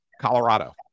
colorado